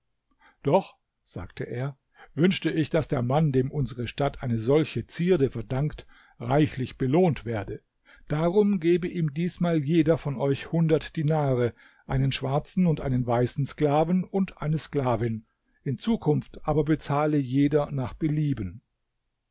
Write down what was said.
doch sagte er wünschte ich daß der mann dem unsere stadt eine solche zierde verdankt reichlich belohnt werde darum gebe ihm diesmal jeder von euch hundert dinare einen schwarzen und einen weißen sklaven und eine sklavin in zukunft aber bezahle jeder nach belieben